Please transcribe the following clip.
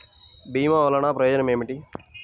భీమ వల్లన ప్రయోజనం ఏమిటి?